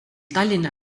tallinna